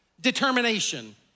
determination